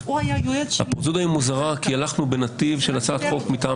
היא מוזרה כי אנחנו בנתיב של הצעת חוק מטעם